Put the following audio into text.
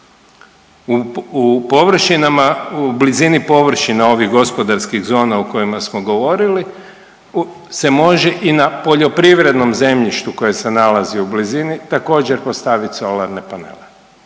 u blizini površina ovih gospodarskih zona o kojima smo govorili se može i na poljoprivrednom zemljištu koje se nalazi u blizini također postaviti solarne panele.